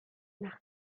nach